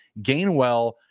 Gainwell